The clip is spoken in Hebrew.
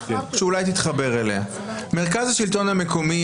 שאולי תתחבר אליה: מרכז השלטון המקומי,